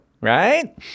Right